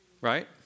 right